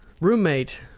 Roommate